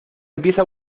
empieza